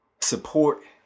support